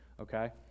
Okay